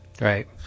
Right